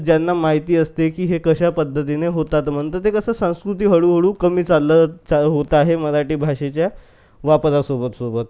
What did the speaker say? ज्यांना माहिती असते की हे कशा पद्धतीने होतात म्हणून तर ते कसं संस्कृती हळूहळू कमी चालत चा होतं आहे मराठी भाषेच्या वापरासोबत सोबत